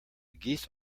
geese